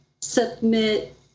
submit